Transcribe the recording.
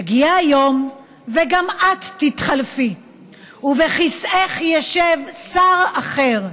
יגיע היום וגם את תתחלפי ובכיסאך ישב שר אחר,